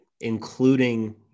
including